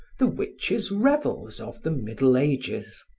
the witches' revels of the middle ages.